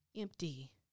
Empty